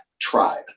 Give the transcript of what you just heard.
tribe